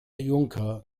juncker